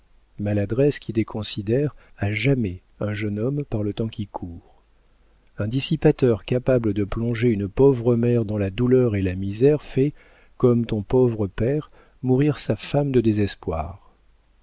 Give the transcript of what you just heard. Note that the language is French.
sainte-pélagie maladresse qui déconsidère à jamais un jeune homme par le temps qui court un dissipateur capable de plonger une pauvre mère dans la douleur et la misère fait comme ton pauvre père mourir sa femme de désespoir